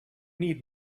need